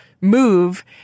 move